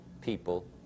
people